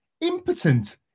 impotent